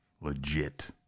legit